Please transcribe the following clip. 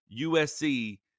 USC